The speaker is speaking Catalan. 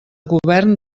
govern